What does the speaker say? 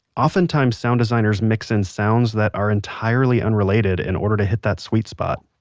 often times sound designer's mix in sounds that are entirely unrelated in order to hit that sweet spot.